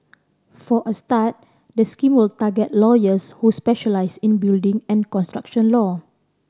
for a start the scheme will target lawyers who specialise in building and construction law